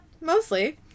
mostly